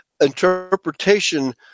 interpretation